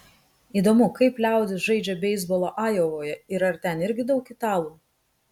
įdomu kaip liaudis žaidžia beisbolą ajovoje ir ar ten irgi daug italų